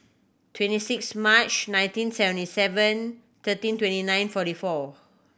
twenty six March nineteen seventy seven thirteen twenty nine forty four